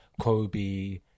Kobe